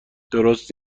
درست